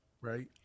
right